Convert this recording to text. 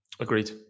Agreed